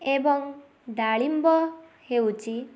ଏବଂ ଡାଳିମ୍ବ ହେଉଛି